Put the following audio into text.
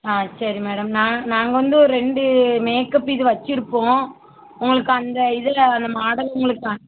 ஆ சரி மேடம் நாங்கள் வந்து ரெண்டு மேக்கப் இது வச்சுருப்போம் உங்களுக்கு அந்த இதில் அந்த மாடல் உங்களுக்கு